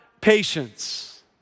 patience